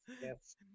Yes